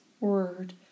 word